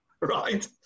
Right